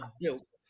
built